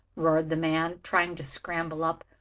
roared the man, trying to scramble up.